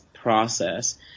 process